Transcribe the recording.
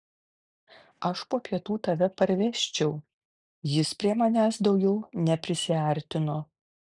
aš po pietų tave parvežčiau jis prie manęs daugiau neprisiartino